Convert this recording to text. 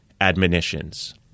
admonitions